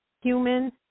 human